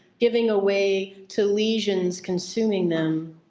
giving away to lesions, consuming them.